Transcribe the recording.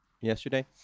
Yesterday